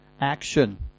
action